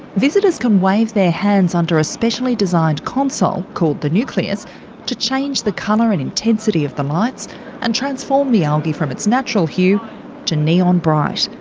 visitors can wave their hands under a specially designed console called the nucleus to change the colour and intensity of the lights and transform the algae from its natural hue to neon bright.